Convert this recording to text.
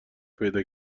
پیدا